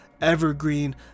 Evergreen